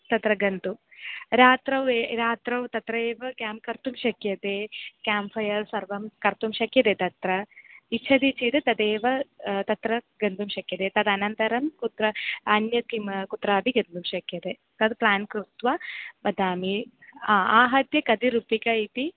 तत्र गन्तु रात्रौ रात्रौ तत्र एव क्याम्प् कर्तुं शक्यते क्याम्प् फ़यर् सर्वं कर्तुं शक्यते तत्र इच्छति चेत् तदेव तत्र गन्तुं शक्यते तदनन्तरं कुत्र अन्यत् किं कुत्रापि गन्तुं शक्यते तद् प्लान् कृत्वा वदामि आहत्य कति रुप्यकाणि इति